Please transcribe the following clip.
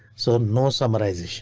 so no summarization